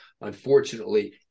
unfortunately